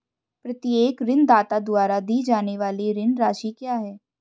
प्रत्येक ऋणदाता द्वारा दी जाने वाली ऋण राशि क्या है?